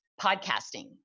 Podcasting